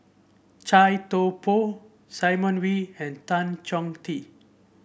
Chia Thye Poh Simon Wee and Tan Chong Tee